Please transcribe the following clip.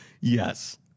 yes